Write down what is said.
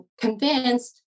convinced